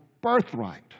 birthright